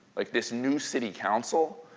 like this new city council,